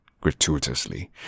gratuitously